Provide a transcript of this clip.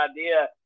idea